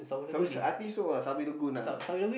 Sunway I think so ah Sunway-Lagoon ah